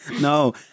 No